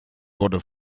wurde